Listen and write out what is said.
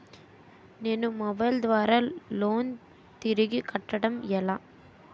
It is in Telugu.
నేను మొబైల్ ద్వారా లోన్ తిరిగి కట్టడం ఎలా?